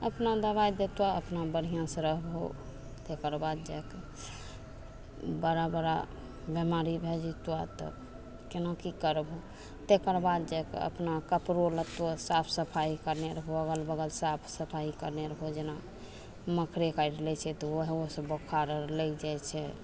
अपना दबाइ देतऽ अपना बढ़िआँसँ रहबहो तकर बाद जाकऽ बड़ा बड़ा बेमारी भए जेतऽ तऽ केना की करबहो तकर बाद जा कऽ अपना कपड़ो लत्तो साफ सफाइ करने रहो अगल बगल साफ सफाइ करने रहबहो जेना मकड़े काटि लै छै तऽ ओहोसँ बोखार अर लागि जाइ छै